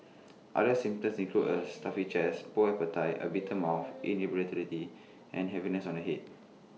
other symptoms include A stuffy chest poor appetite A bitter mouth irritability and heaviness on the Head